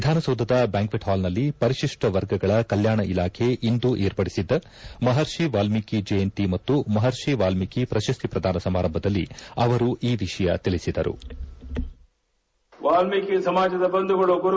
ವಿಧಾನಸೌಧದ ಬ್ಲಾಂಕ್ಷೆಟ್ ಹಾಲ್ನಲ್ಲಿ ಪರಿಶಿಷ್ಷ ವರ್ಗಗಳ ಕಲ್ಲಾಣ ಇಲಾಖೆ ಇಂದು ಏರ್ಪಡಿಸಿದ್ದ ಮಹರ್ಷಿ ವಾಲ್ಮೀಕಿ ಜಯಂತಿ ಮತ್ತು ಮಹರ್ಷಿ ವಾಲ್ಮೀಕಿ ಪ್ರಶಸ್ತಿ ಪ್ರದಾನ ಸಮಾರಂಭದಲ್ಲಿ ಅವರು ಈ ವಿಷಯ ತಿಳಿಬದರು